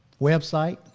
website